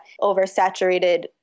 oversaturated